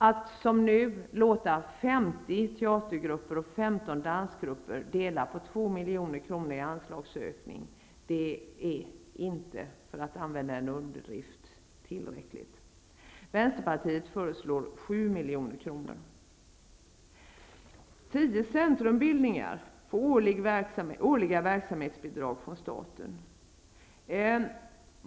Att som nu låta 50 teatergrupper och 15 dansgrupper dela på 2 milj.kr. i anslagsökning är är inte -- för att använda en underdrift -- tillräckligt. Vänsterpartiet föreslår Tio centrumbildningar får årliga verksamhetsbidrag från staten.